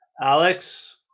Alex